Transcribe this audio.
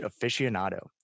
aficionado